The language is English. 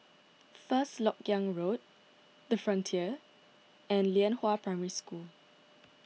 First Lok Yang Road the Frontier and Lianhua Primary School